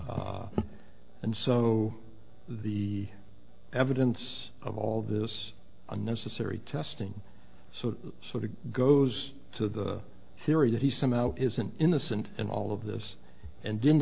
and so the evidence of all this unnecessary testing so sort of goes to the theory that he somehow isn't innocent in all of this and didn't